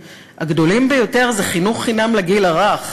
הגדולים ביותר זה חינוך חינם לגיל הרך,